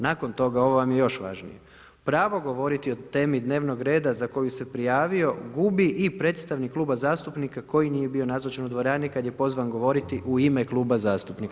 Nakon toga, ovo vam je još važnije, pravo govoriti o temi dnevnog reda za koji se prijavio gubi i predstavnik kluba zastupnika koji nije bio nazočan u dvorani kad je pozvan govoriti u ime kluba zastupnika.